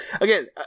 again